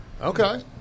Okay